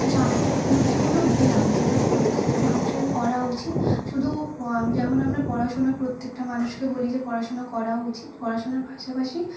তো সাঁতার একটা গুরুত্বপূর্ণ ব্যায়াম যেটা প্রত্যেকটা মানুষের করা উচিত শুধু যেমন আমরা পড়াশোনার প্রত্যেকটা মানুষকে বলি যে পড়াশুনা করা উচিত পড়াশোনার পাশাপাশি